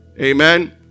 Amen